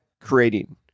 creating